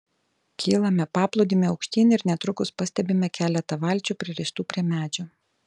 kylame paplūdimiu aukštyn ir netrukus pastebime keletą valčių pririštų prie medžio